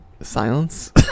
Silence